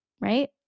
right